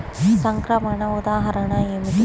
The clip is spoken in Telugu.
సంక్రమణ ఉదాహరణ ఏమిటి?